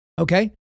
Okay